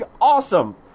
awesome